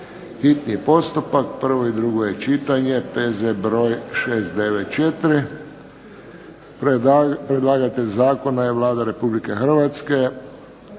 hitni postupak, prvo i drugo čitanje, P.Z. br. 694. Predlagatelj zakona je Vlada Republike Hrvatske.